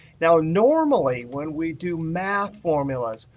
now, normally when we do math formulas,